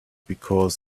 because